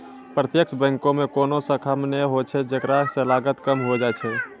प्रत्यक्ष बैंको मे कोनो शाखा नै होय छै जेकरा से लागत कम होय जाय छै